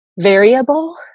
variable